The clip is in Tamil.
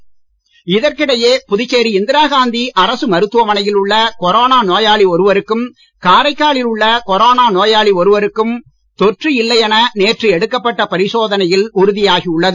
நெகடிவ் இதற்கிடையே புதுச்சேரி இந்திரா காந்தி அரசு மருத்துவ மனையில் உள்ள கொரோனா நோயாளி ஒருவருக்கும் காரைக்காலில் உள்ள கொரோனா நோயாளி ஒருவருக்கும் தொற்று இல்லை என நேற்று எடுக்கப்பட்ட பரிசோதனையில் உறுதியாகியுள்ளது